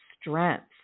strength